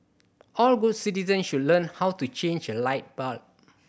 all good citizens should learn how to change a light bulb